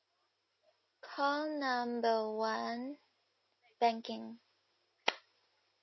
call number one banking